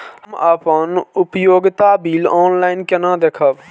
हम अपन उपयोगिता बिल ऑनलाइन केना देखब?